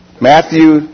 Matthew